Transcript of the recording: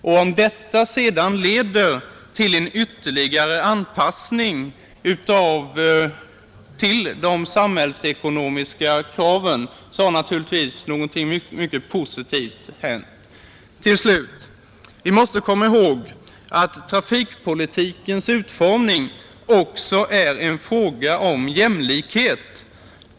Om detta sedan medför en ytterligare anpassning till de samhällsekonomiska kraven, så har något mycket positivt hänt. Slutligen skall vi komma ihåg att trafikpolitikens utformning också är en fråga om jämlikhet.